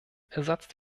ersetzt